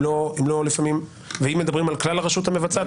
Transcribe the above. אם מדברים על כלל הרשות המבצעת,